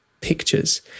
pictures